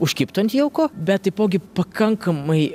užkibtų ant jauko bet taipogi pakankamai